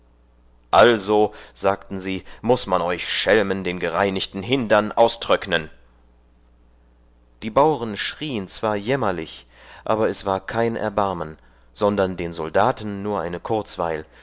also sagten sie muß man euch schelmen den gereinigten hindern auströcknen die bauren schrien zwar jämmerlich aber es war kein erbarmen sondern den soldaten nur eine kurzweil